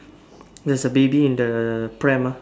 there's a baby in the pram ah